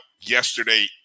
yesterday